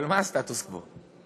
אבל מה סטטוס קוו?